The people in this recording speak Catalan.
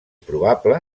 probable